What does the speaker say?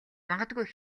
магадгүй